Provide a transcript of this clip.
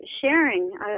sharing